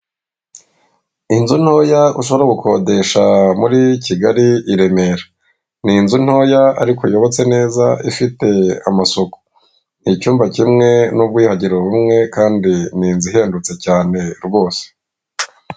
Inzu ntoya usa no gukodesha muri Kigali i Remera ni inzu ntoya ariko yubatse neza ifite amasuku ni icyumba kimwe n'ubwiyuhagiro bumwe kandi ni inzu ihendutse cyane rwose.